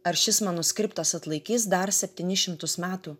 ar šis manuskriptas atlaikys dar septynis šimtus metų